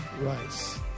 Rice